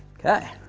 okay,